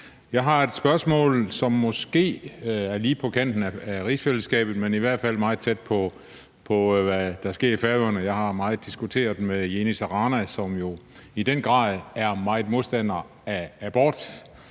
Jeg har et spørgsmål, som måske er lige på kanten af diskussionen om rigsfællesskabet, men i hvert fald meget tæt på, hvad der sker i Færøerne. Jeg har diskuteret spørgsmålet meget med Jenis av Rana, som i den grad er modstander af abort,